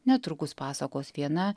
netrukus pasakos viena